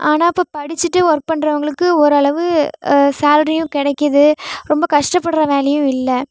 ஆனால் இப்போ படிச்சுட்டு ஒர்க் பண்ணுறவங்களுக்கு ஓரளவு சேல்ரியும் கிடைக்கிது ரொம்ப கஷ்டப்படுற வேலையும் இல்லை